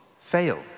fail